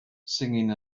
singing